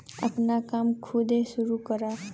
आपन काम खुदे सुरू करा